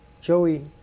Joey